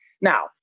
Now